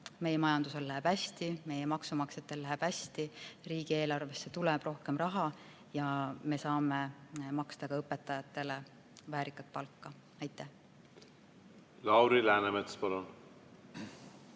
meie majandusel läheb hästi, et meie maksumaksjatel läheb hästi, riigieelarvesse tuleb rohkem raha ja me saame maksta õpetajatele väärikat palka. Aitäh! Riigi